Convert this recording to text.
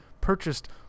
purchased